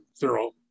thorough